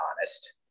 honest